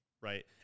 right